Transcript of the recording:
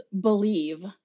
believe